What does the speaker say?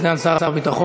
לסגן שר הביטחון.